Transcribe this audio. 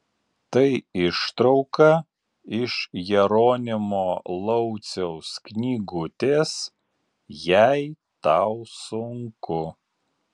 tai ištrauka iš jeronimo lauciaus knygutės jei tau sunku